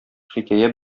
хикәя